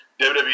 WWE